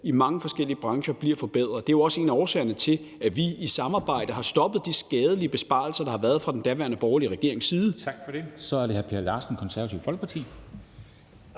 i mange forskellige brancher bliver forbedret. Det er jo også en af årsagerne til, at vi i samarbejde har stoppet de skadelige besparelser, der har været, fra den daværende borgerlige regerings side.